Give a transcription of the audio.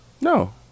No